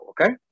okay